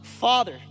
Father